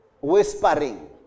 whispering